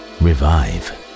revive